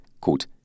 quote